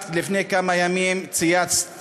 את, לפני כמה ימים, צייצת